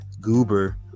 Goober